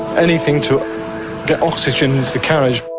anything to get oxygen into the carriage.